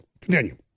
Continue